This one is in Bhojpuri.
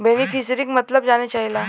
बेनिफिसरीक मतलब जाने चाहीला?